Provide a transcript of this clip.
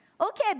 okay